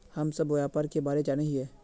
हम सब व्यापार के बारे जाने हिये?